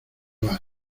vas